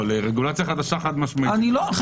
לרגולציה חדשה, חד-משמעית כן.